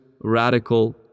radical